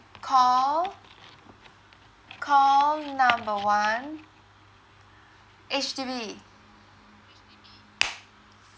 call call number one H_D_B